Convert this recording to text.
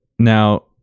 Now